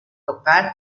tocar